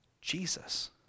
Jesus